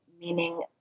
meaning